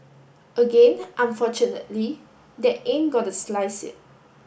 again unfortunately that ain't gonna slice it